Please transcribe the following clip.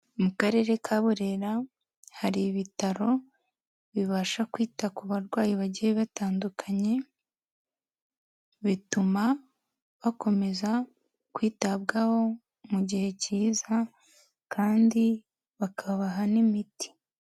Mu karere ka Burera, hari ibitaro bibasha kwita ku barwayi bagiye batandukanye, bituma bakomeza kwitabwaho mu gihe cyiza kandi bakabaha n'imiti.